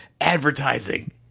advertising